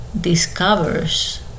discovers